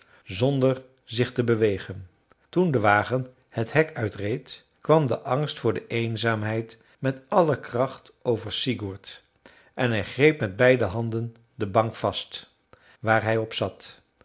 zonder zich te bewegen toen de wagen het hek uit reed kwam de angst voor de eenzaamheid met alle kracht over sigurd en hij greep met beide handen de bank vast waar hij op zat